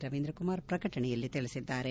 ರವೀಂದ್ರ ಕುಮಾರ್ ಪ್ರಕಟಣೆಯಲ್ಲಿ ತಿಳಿಸಿದ್ದಾರೆ